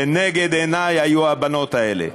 לנגד עיני היו הבנות האלה.